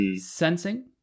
sensing